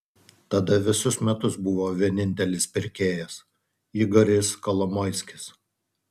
tada visus metus buvo vienintelis pirkėjas igoris kolomoiskis